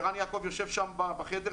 ורן יעקב יושב שם בחדר,